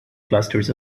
clusters